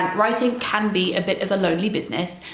writing can be a bit of a lonely business,